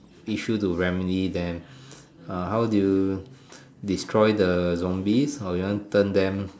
issue to remedy them err how do you destroy the zombies or you want turn them